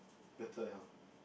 better